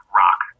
rock